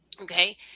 okay